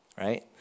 right